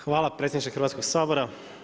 Hvala predsjedniče Hrvatskoga sabora.